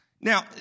Now